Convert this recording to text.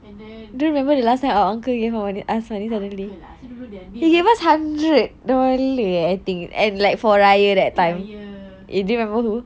and then uncle ah I also don't know their name itu raya